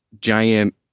giant